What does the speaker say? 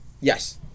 Yes